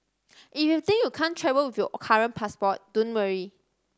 if you think you can't travel with your current passport don't worry